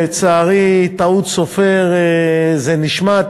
לצערי, טעות סופר, זה נשמט,